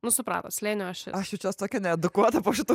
nu supratot slėnio ašis aš jaučiuos tokia nredukuota po šitų